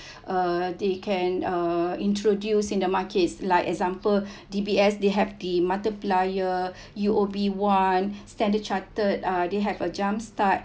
uh they can uh introduced in the markets like example D_B_S they have the multiplier U_O_B [one] Standard Chartered uh they have a jump start